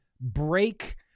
break